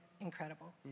incredible